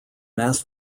mass